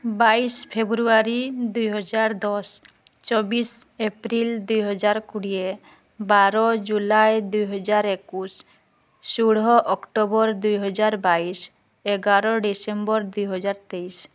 ବାଇଶି ଫେବୃଆରୀ ଦୁଇ ହଜାର ଦଶ ଚବିଶି ଏପ୍ରିଲ ଦୁଇ ହଜାର କୋଡ଼ିଏ ବାର ଜୁଲାଇ ଦୁଇ ହଜାର ଏକୋଇଶି ଷୋହଳ ଅକ୍ଟୋବର ଦୁଇ ହଜାର ବାଇଶି ଏଗାର ଡିସେମ୍ବର ଦୁଇ ହଜାର ତେଇଶି